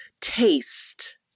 taste